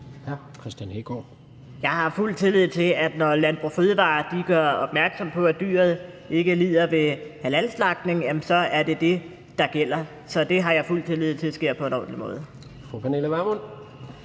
Jeg har fuld tillid til, at når Landbrug & Fødevarer gør opmærksom på, at dyret ikke lider ved halalslagtning, er det det, der gælder. Så det har jeg fuld tillid til sker på en ordentlig måde.